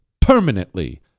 permanently